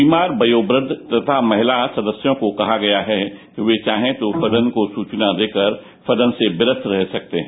बीमार वयोवद्व तथा महिलाओं सदस्यों को कहा गया है कि वे चाहे तो सदन को सूचना देकर सदन से विरत रह सकते हैं